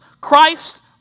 Christ